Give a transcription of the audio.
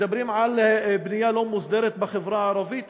מדברים על בנייה לא מוסדרת בחברה הערבית?